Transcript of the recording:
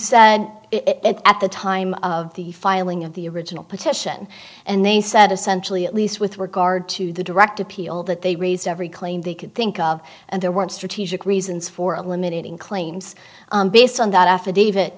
said it at the time of the filing of the original petition and they said essentially at least with regard to the direct appeal that they raised every claim they could think of and there weren't strategic reasons for eliminating claims based on that affidavit